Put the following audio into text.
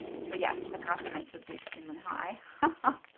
so yes, the confidence would be extremely high. ah